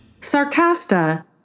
Sarcasta